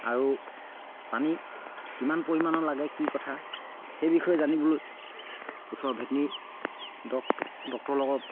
আৰু পানী কিমান পৰিমাণৰ লাগে কি কথা সেই বিষয়ে জানিবলৈ ওচৰৰ ভেটিনেৰী ডক্টৰৰ লগত